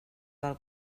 del